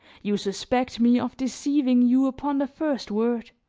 you suspect me of deceiving you upon the first word,